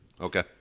Okay